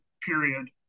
period